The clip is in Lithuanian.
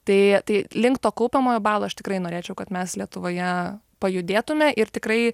tai tai link to kaupiamojo balo aš tikrai norėčiau kad mes lietuvoje pajudėtume ir tikrai